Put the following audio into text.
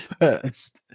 first